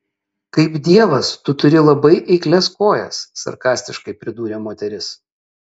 kaip dievas tu turi labai eiklias kojas sarkastiškai pridūrė moteris